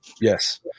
Yes